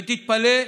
ותתפלא,